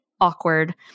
awkward